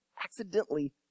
accidentally